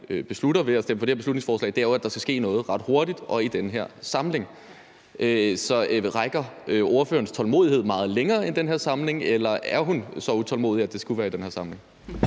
beslutter ved at stemme for det her beslutningsforslag, at der skal ske noget ret hurtigt og i den her samling. Så rækker ordførerens tålmodighed meget længere end den her samling, eller er hun så utålmodig, at det skal være i den her samling?